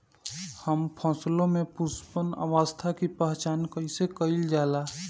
हम फसलों में पुष्पन अवस्था की पहचान कईसे कईल जाला?